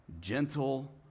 gentle